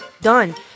done